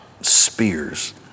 spears